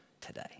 today